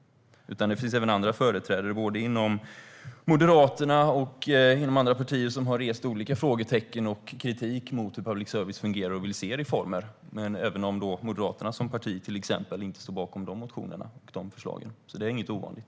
Det finns även företrädare inom både Moderaterna och andra partier som har väckt olika frågor och kritik mot hur public service fungerar och vill se reformer även om Moderaterna, till exempel, som parti inte står bakom de förslagen. Det är alltså inget ovanligt.